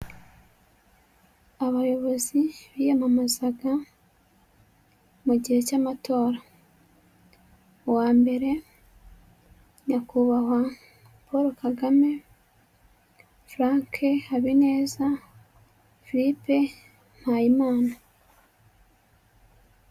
Abayobozi biyamamazaga mu gihe cy'amatora uwambere nyakubahwa Paul Kagame, Furanke Habineza, Firipe Mpayimana.